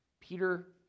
Peter